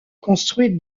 construite